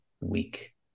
week